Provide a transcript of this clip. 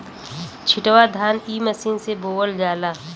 छिटवा धान इ मशीन से बोवल जाला